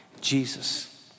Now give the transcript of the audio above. Jesus